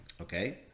Okay